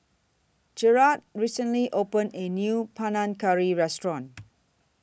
Jarred recently opened A New Panang Curry Restaurant